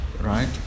right